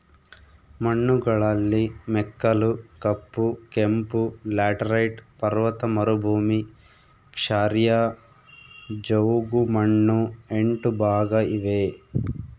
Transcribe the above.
ಮಣ್ಣುಗಳಲ್ಲಿ ಮೆಕ್ಕಲು, ಕಪ್ಪು, ಕೆಂಪು, ಲ್ಯಾಟರೈಟ್, ಪರ್ವತ ಮರುಭೂಮಿ, ಕ್ಷಾರೀಯ, ಜವುಗುಮಣ್ಣು ಎಂಟು ಭಾಗ ಇವೆ